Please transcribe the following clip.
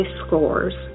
scores